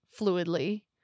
fluidly